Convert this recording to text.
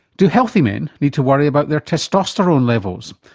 do healthy men need to worry about their testosterone levels?